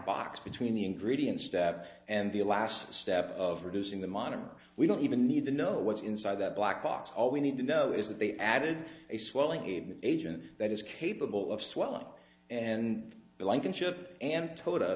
box between the ingredients that and the last step of reducing the monomer we don't even need to know what's inside that black box all we need to know is that they added a swelling agent that is capable of swelling and blankenship and to